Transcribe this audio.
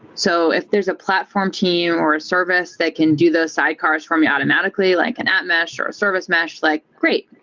so if there's a platform team or a service that can do the sidecars for me automatically, like an app mesh, or service mesh like great.